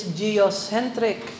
geocentric